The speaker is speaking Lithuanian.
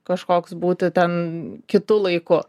kažkoks būti ten kitu laiku